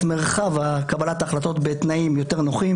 מרחב קבלת ההחלטות בתנאים יותר נוחים,